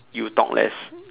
you will talk less